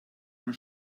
beim